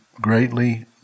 greatly